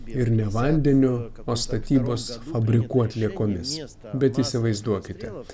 ir ne vandeniu o statybos fabrikų atliekomis bet įsivaizduokite